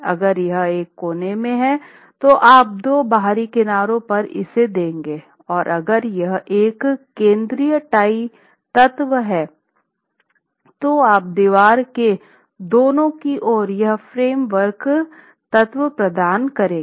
अगर यह एक कोने में है तो आप दो बाहरी किनारों पर इसे देंगे और अगर यह एक केंद्रीय टाई तत्व है तो आप दीवार के दोनों की ओर यह फॉर्मवर्क तत्व प्रदान करेंगे